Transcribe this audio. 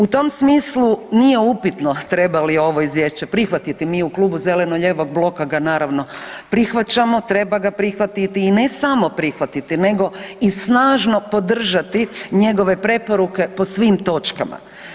U tom smislu nije upitno treba li ovo izvješće prihvatiti, mi u Klubu zeleno-lijevog bloka ga naravno prihvaćamo, treba ga prihvatiti i ne samo prihvatiti nego i snažno podržati njegove preporuke po svim točkama.